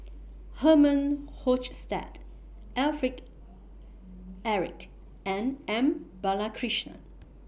Herman Hochstadt Alfred Eric and M Balakrishnan